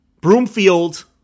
Broomfield